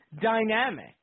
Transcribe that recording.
dynamic